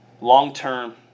Long-term